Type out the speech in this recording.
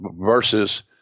versus